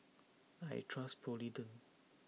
I trust Polident